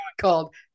called